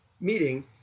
meeting